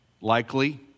likely